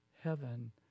heaven